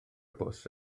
bws